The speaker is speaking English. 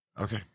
Okay